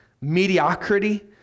mediocrity